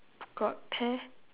got pear